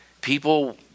People